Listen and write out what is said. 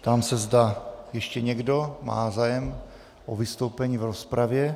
Ptám se, zda ještě někdo má zájem o vystoupení v rozpravě.